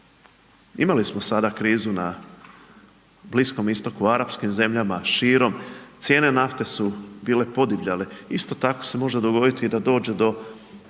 Imali smo sada krizu na Bliskom Istoku, Arapskim zemljama širom, cijene nafte su bile podivljale, isto tako se može dogoditi da dođe do